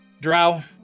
Drow